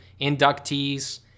inductees